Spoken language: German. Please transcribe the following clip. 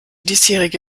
diesjährige